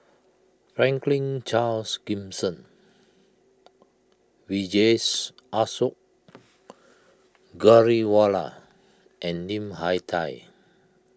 Franklin Charles Gimson Vijesh Ashok Ghariwala and Lim Hak Tai